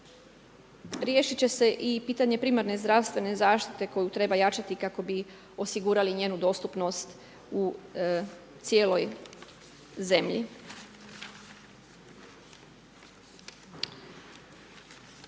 riješit će se i pitanje primarne zdravstvene zaštite koju treba jačati kako bi osigurali njenu dostupnost u cijeloj zemlji.